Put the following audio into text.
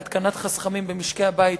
להתקנת חסכמים במשקי-הבית,